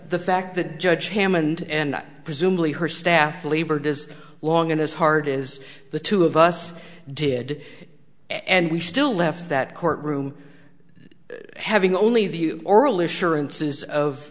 the fact that judge hammond and presumably her staff labored as long as hard is the two of us did and we still left that courtroom having only the o